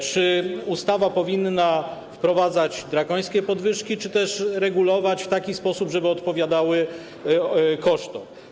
Czy ustawa powinna wprowadzać drakońskie podwyżki, czy też regulować to w taki sposób, żeby one odpowiadały kosztom?